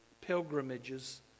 pilgrimages